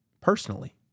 personally